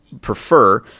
prefer